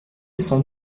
sans